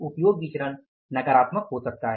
उपयोग विचरण नकारात्मक हो सकता है